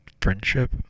friendship